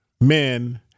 men